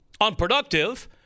unproductive